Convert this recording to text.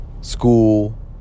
school